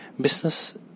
business